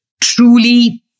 truly